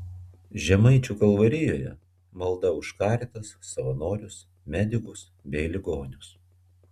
žemaičių kalvarijoje malda už caritas savanorius medikus bei ligonius